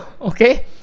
okay